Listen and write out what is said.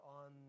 on